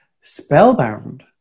spellbound